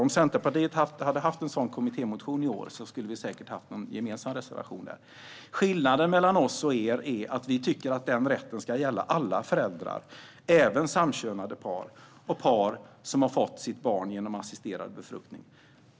Om Centerpartiet hade haft en sådan kommittémotion hade vi säkert ha haft en gemensam reservation. Skillnaden mellan oss och Sverigedemokraterna är att vi tycker att denna rätt ska gälla alla föräldrar, även samkönade par och par som har fått sitt barn genom assisterad befruktning.